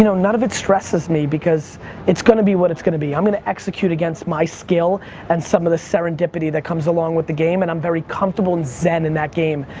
you know none of it stresses me because it's gonna be what it's gonna be. i'm gonna execute against my skill and some of the serendipity that comes along with the game and i'm very comfortable and zen in that game.